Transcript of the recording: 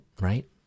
right